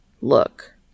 look